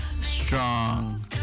strong